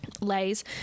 lays